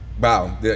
wow